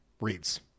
reads